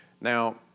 Now